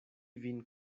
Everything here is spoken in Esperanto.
vin